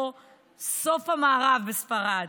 או סוף המערב בספרד.